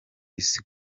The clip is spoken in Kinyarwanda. isi